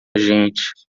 gente